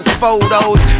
photos